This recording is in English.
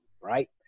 Right